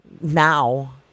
Now